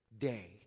day